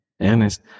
Ernest